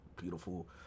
beautiful